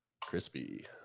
crispy